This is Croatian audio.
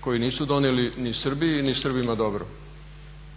koji nisu donijeli ni Srbiji ni Srbima dobro.